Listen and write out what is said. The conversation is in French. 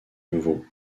nouveau